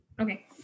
Okay